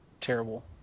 terrible